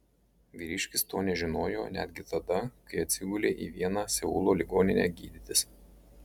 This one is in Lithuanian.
vyriškis to nežinojo netgi tada kai atsigulė į vieną seulo ligoninę gydytis